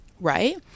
right